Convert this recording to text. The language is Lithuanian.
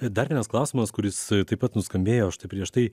dar vienas klausimas kuris taip pat nuskambėjo štai prieš tai